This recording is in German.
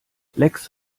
lecks